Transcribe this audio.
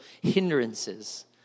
hindrances